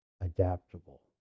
adaptable